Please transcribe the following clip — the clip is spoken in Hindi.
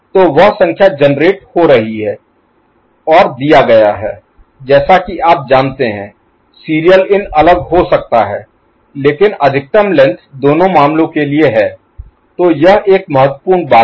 तो वह संख्या जेनेरेट हो रही है और दिया गया है जैसा कि आप जानते हैं सीरियल इन अलग हो सकता है लेकिन अधिकतम लेंथ दोनों मामलों के लिए है तो यह एक महत्वपूर्ण बात है